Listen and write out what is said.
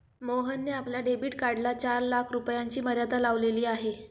मोहनने आपल्या डेबिट कार्डला चार लाख रुपयांची मर्यादा लावलेली आहे